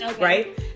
right